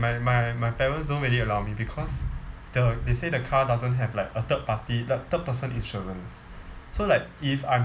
my my my parents don't really allow me because the they say the car doesn't have like a third party third person insurance so like if I'm